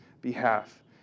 behalf